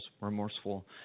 remorseful